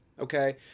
okay